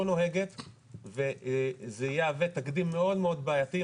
נוהגת וזה יהווה תקדים מאוד מאוד בעייתי,